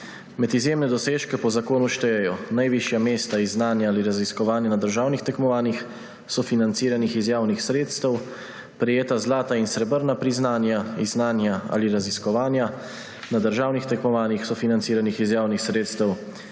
Med izjemne dosežke po zakonu štejejo: najvišja mesta iz znanja ali raziskovanja na državnih tekmovanjih, sofinanciranih iz javnih sredstev, prejeta zlata in srebrna priznanja iz znanja ali raziskovanja na državnih tekmovanjih, sofinanciranih iz javnih sredstev,